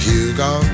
Hugo